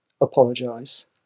Apologise